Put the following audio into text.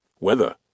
weather